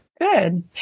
good